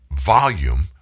volume